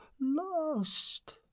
lost